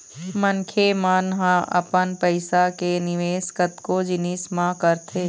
मनखे मन ह अपन पइसा के निवेश कतको जिनिस म करथे